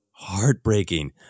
Heartbreaking